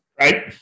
Right